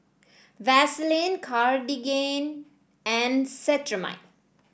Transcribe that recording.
Vaselin Cartigain and Cetrimide